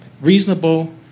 reasonable